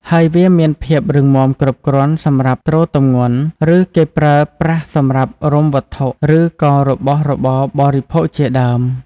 ហើយវាមានភាពរឹងមាំគ្រប់គ្រាន់សម្រាប់ទ្រទម្ងន់ ឬគេប្រើប្រាស់សម្រាប់រុំវត្ងុឬក៏របស់របរបរិភោគជាដើម។